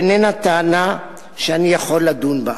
איננה טענה שאני יכול לדון בה,